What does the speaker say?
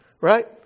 Right